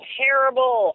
terrible